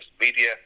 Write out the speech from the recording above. Media